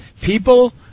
people